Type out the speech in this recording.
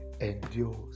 endures